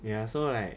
ya so like